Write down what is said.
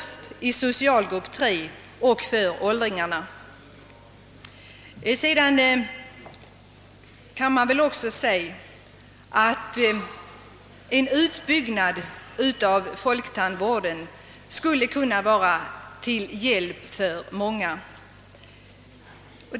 Sedan kan man väl också säga att en utbyggnad av folktandvården skulle kunna vara till hjälp för många.